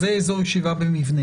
אז זה מקום ישיבה במבנה,